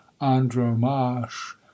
Andromache